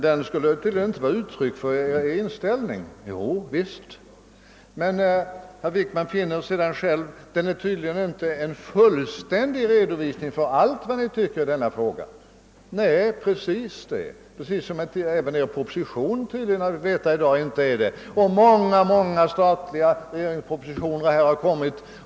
Den ger tydligen inte uttryck för Er inställning. Jo, det gör den visst! Men herr Wickman finner sedan att den tydligen inte utgör en fullständig redovisning för allt vad vi tycker i denna fråga. Nej, naturligtvis inte. På samma grund som Er proposition inte heller gör det. Flera regeringspropositioner har förelegat.